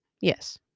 yes